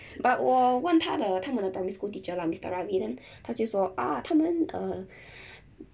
but 我问他的他们的 primary school teacher lah mister ravi then 他就说 ah 他们 err